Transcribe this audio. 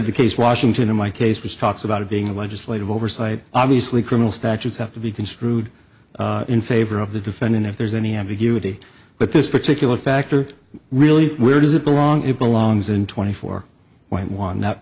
cited the case washington in my case which talks about it being a legislative oversight obviously criminal statutes have to be construed in favor of the defendant if there's any ambiguity but this particular factor really where does it belong it belongs in twenty four point one that